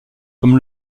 comme